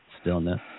stillness